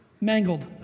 Mangled